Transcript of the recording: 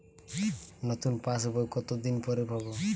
নতুন passbook কত দিন পরে পাবো?